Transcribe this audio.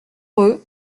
eux